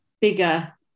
bigger